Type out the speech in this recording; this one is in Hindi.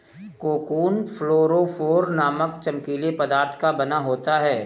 कोकून फ्लोरोफोर नामक चमकीले पदार्थ का बना होता है